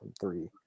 three